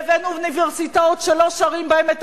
לבין אוניברסיטאות שלא שרים בהן את